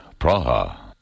Praha